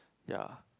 ya